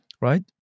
Right